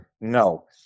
no